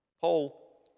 Paul